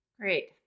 Great